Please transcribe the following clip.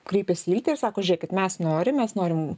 kreipiasi į iltę ir sako žiūrėkit mes norim mes norim